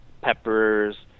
peppers